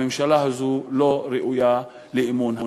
הממשלה הזאת לא ראויה לאמון הכנסת.